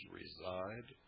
reside